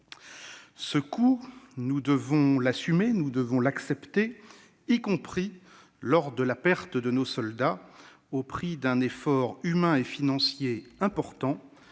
Ce coût, nous devons l'assumer, nous devons l'accepter, y compris lors de la perte de nos soldats, au prix d'un effort humain et financier important.